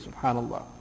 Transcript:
subhanAllah